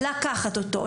לקחת אותם,